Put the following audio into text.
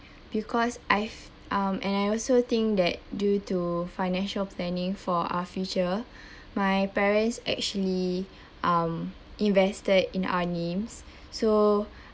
because I've um and I also think that due to financial planning for our future my parents actually um invested in our names so